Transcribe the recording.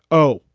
oh,